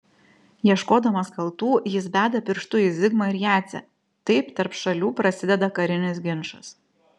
ieškodamas kaltų jis beda pirštu į zigmą ir jadzę taip tarp šalių prasideda karinis ginčas